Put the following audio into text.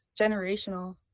generational